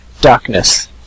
Darkness